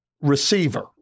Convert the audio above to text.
receiver